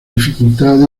dificultad